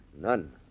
None